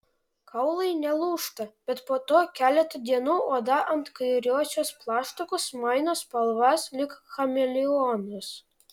kaulai nelūžta bet po to keletą dienų oda ant kairiosios plaštakos maino spalvas lyg chameleonas